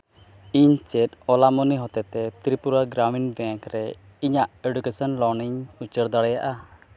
ᱤᱧ ᱪᱮᱫ ᱚᱞᱟ ᱢᱟᱹᱱᱤ ᱦᱚᱛᱮᱡ ᱛᱮ ᱛᱨᱤᱯᱩᱨᱟ ᱜᱨᱟᱢᱤᱱ ᱵᱮᱝᱠ ᱨᱮ ᱤᱧᱟᱹᱜ ᱮᱰᱩᱠᱮᱥᱚᱱ ᱞᱳᱱ ᱤᱧ ᱩᱪᱟᱹᱲ ᱫᱟᱲᱭᱟᱜᱼᱟ